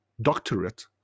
doctorate